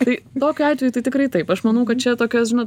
tai tokiu atveju tai tikrai taip aš manau kad čia tokios žinot